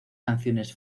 canciones